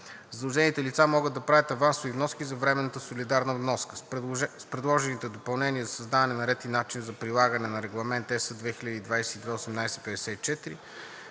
Задължените лица могат да правят авансови вноски за временната солидарна вноска. С предложените допълнения се създават ред и начин за прилагане на Регламент (ЕС) 2022/1854